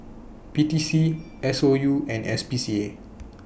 P T C S O U and S P C A